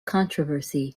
controversy